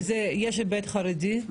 יש היבט חרדי?